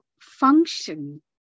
function